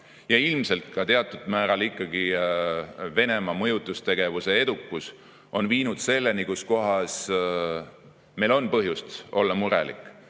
ja ilmselt teatud määral ka Venemaa mõjutustegevuse edukus on viinud selleni, et meil on põhjust olla murelik.